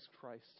Christ